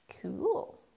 cool